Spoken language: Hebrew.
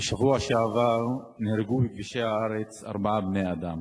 בשבוע שעבר נהרגו בכבישי הארץ ארבעה בני-אדם.